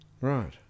Right